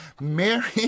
Mary